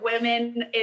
women